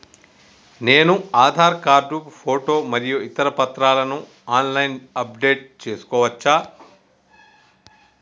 నేను Aadhaar card photo మరియు ఇతర పత్రాలను ఆన్ లైన్ అప్ డెట్ చేసుకోవచ్చా?